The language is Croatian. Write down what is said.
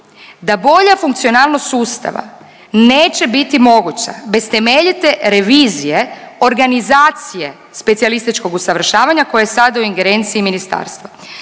da bolja funkcionalnost sustava neće biti moguća bez temeljite revizije organizacije specijalističkog usavršavanja koji je sad u ingerenciji ministarstva.